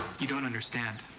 you don't understand.